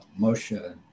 Moshe